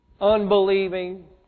unbelieving